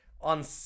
on